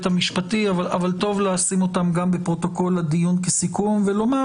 המשפטי אבל טוב לשים אותן גם בפרוטוקול הדיון כסיכום ולומר: